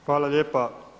Hvala lijepa.